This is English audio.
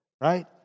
right